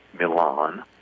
Milan—